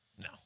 no